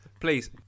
please